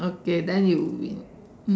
okay then you win